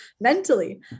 mentally